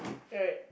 right